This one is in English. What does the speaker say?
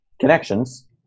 connections